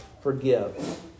forgive